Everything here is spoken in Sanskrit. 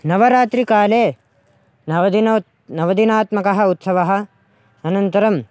नवरात्रिकाले नवदिनं नवदिनात्मकः उत्सवः अनन्तरम्